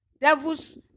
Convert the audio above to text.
devils